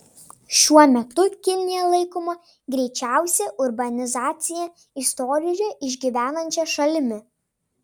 šiuo metu kinija laikoma greičiausią urbanizaciją istorijoje išgyvenančia šalimi